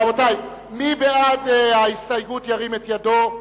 רבותי, מי בעד ההסתייגות, ירים את ידו.